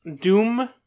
Doom